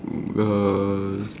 uh